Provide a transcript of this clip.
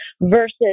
versus